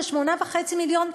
של 8.5 מיליון,